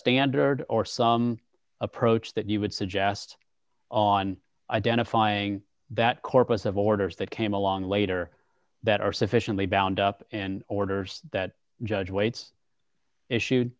standard or some approach that you would suggest on identifying that corpus of orders that came along later that are sufficiently bound up in orders that judge waits issued